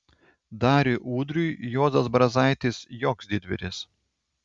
dariui udriui juozas brazaitis joks didvyris